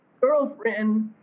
girlfriend